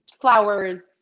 flowers